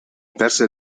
perse